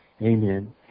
Amen